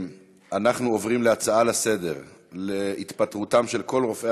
אנחנו עוברים להצעות לסדר-היום בנושא: התפטרותם של כל רופאי